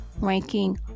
ranking